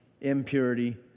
impurity